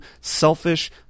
selfish